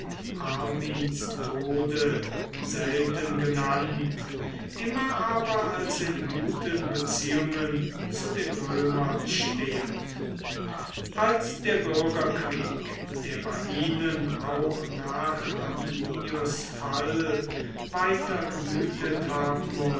tode selten genannt immer aber als in guten beziehungen zu den römern stehend als der bürgerkrieg der bei ihnen auch nach arminius fall weiter gewütet haben